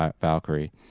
Valkyrie